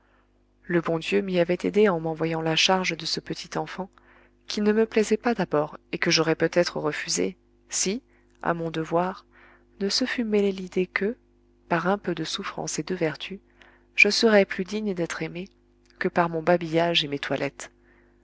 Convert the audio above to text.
le bon dieu m'y avait aidée en m'envoyant la charge de ce petit enfant qui ne me plaisait pas d'abord et que j'aurais peut-être refusé si à mon devoir ne se fût mêlée l'idée que par un peu de souffrance et de vertu je serais plus digne d'être aimée que par mon babillage et mes toilettes